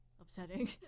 upsetting